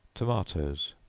tomatoes.